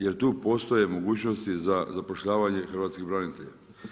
Jer tu postoje mogućnosti za zapošljavanje hrvatskih branitelja.